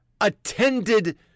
attended